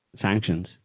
sanctions